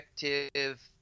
effective